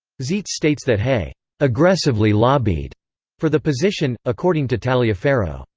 zeitz states that hay aggressively lobbied for the position according to taliaferro,